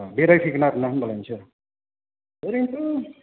बेराय फैगोन आरोना होमबालाय नोंसोर ओरैनोथ'